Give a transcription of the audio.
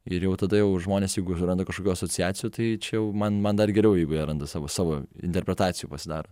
ir jau tada jau žmonės jeigu suranda kažkokių asociacijų tai čia jau man man dar geriau jeigu jie randa savo savo interpretacijų pasidaro